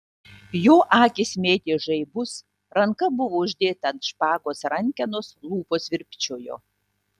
jo akys mėtė žaibus ranka buvo uždėta ant špagos rankenos lūpos virpčiojo